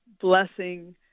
blessing